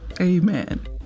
Amen